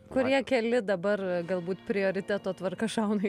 kurie keli dabar galbūt prioriteto tvarka šauna